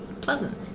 pleasant